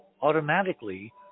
automatically